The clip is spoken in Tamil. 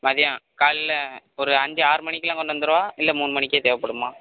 மதியம் காலைல ஒரு அஞ்சு ஆறு மணிக்கெலாம் கொண்டு வந்துடவா இல்லை மூணு மணிக்கே தேவைப்படுமா